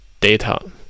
data